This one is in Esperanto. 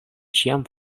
ĉiam